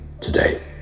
today